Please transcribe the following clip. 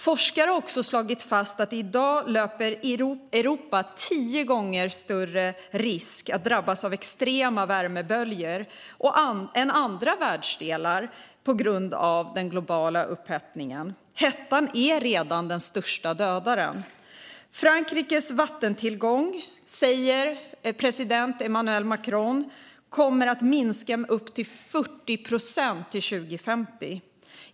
Forskare har också slagit fast att Europa i dag löper tio gånger större risk än andra världsdelar att drabbas av extrema värmeböljor på grund av den globala upphettningen. Hettan dödar redan flest. Enligt Frankrikes president Emmanuel Macron kommer Frankrikes vattentillgång att minska med upp till 40 procent till 2050.